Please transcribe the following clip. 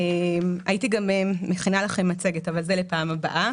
הייתי מכינה לכם מצגת אבל זה לפעם הבאה,